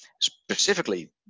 specifically